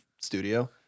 studio